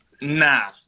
Nah